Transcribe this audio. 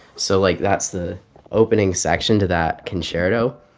so, like, that's the opening section to that concerto.